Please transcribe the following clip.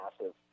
massive